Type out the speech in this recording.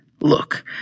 Look